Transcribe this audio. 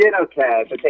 okay